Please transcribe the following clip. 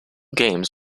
games